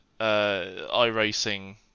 iRacing